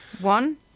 One